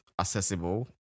accessible